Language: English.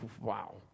Wow